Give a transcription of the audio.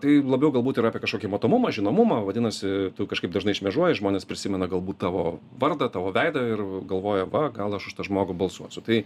tai labiau galbūt yra apie kažkokį matomumą žinomumą vadinasi kažkaip dažnai šmėžuoji žmonės prisimena galbūt tavo vardą tavo veidą ir galvoja va gal aš už tą žmogų balsuosiu tai